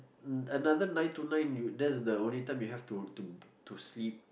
another nine to nine you that's the only time you have to to to sleep